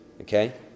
Okay